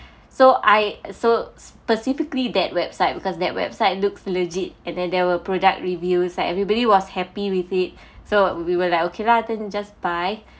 so I so specifically that website because that website looks legit and then there were product reviews like everybody was happy with it so we were like okay lah then just buy